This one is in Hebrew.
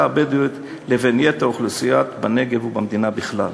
הבדואית לבין יתר האוכלוסייה בנגב ובמדינה בכלל.